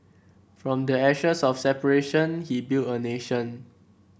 from the ashes of separation he built a nation